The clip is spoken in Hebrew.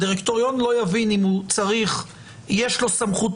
הדירקטוריון לא יבין אם יש לו סמכות